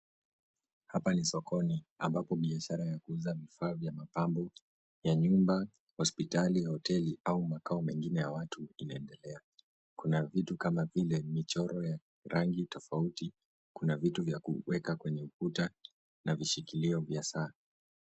Hapa ni sokoni ambapo biashara ya kuuza vifaa vya mapambo ya nyumba, hospitali, hoteli au makao mengine ya watu inaendelea. Kuna vitu kama vile michoro ya rangi tofauti, kuna vitu vya kuweka kwenye ukuta na vishikilio vya saa.